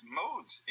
modes